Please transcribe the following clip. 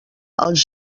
els